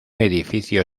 edificio